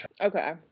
okay